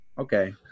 Okay